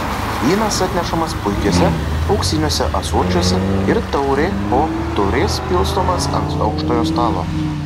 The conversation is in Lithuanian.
vynas atnešamas puikiuose auksiniuose ąsočiuose ir taurė po taurės pilstomas ant aukštojo stalo